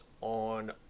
on